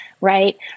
right